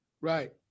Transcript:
Right